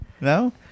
No